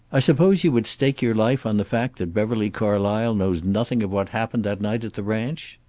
i suppose you would stake your life on the fact that beverly carlysle knows nothing of what happened that night at the ranch?